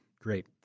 great